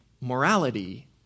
morality